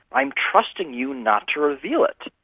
i'm trusting you not to reveal it.